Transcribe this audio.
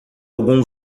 algum